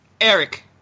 Eric